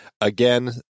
Again